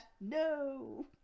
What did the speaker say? no